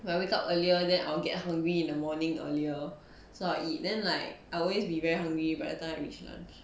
when I wake up earlier then I'll get hungry in the morning earlier so I'll eat then like I always be very hungry everytime I reach lunch